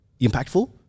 impactful